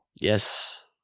Yes